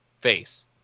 face